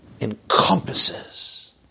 encompasses